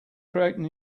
creating